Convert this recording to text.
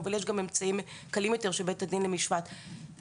אבל יש גם אמצעים קלים יותר שבית הדין למשמעת נוקט,